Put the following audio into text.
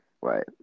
Right